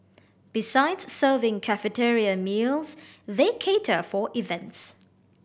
besides serving cafeteria meals they cater for events